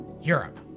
Europe